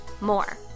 more